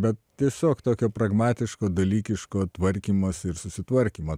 bet tiesiog tokio pragmatiško dalykiško tvarkymas ir susitvarkymas